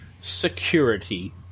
Security